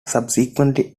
subsequently